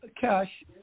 cash